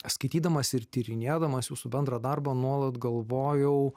skaitydamas ir tyrinėdamas jūsų bendrą darbą nuolat galvojau